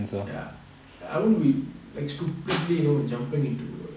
ya I won't be like stupidly you know jump into